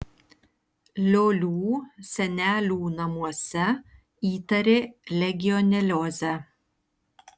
liolių senelių namuose įtarė legioneliozę